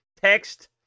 text